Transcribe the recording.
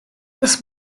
das